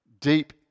Deep